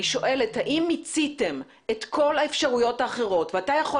אני שואלת האם מיציתם את כל האפשרויות האחרות ואתה יכול